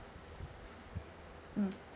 mm